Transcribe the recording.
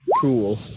Cool